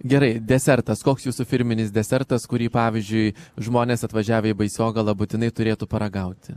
gerai desertas koks jūsų firminis desertas kurį pavyzdžiui žmonės atvažiavę į baisogalą būtinai turėtų paragauti